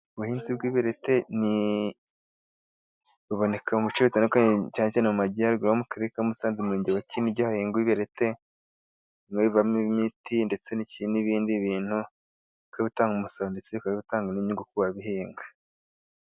Ubuhinzi bw'ibireti buboneka mu bice bitandukanye cyane cyane mu majyaruguru ho mu karere ka Musanze, umurenge wa Kinigi hahingwa ibireti. Biba bivamo imiti ndetse n'ibindi bintu, bikaba bitanga umusaruro, ndetse bikaba bitanga n'inyungu ku babihinga.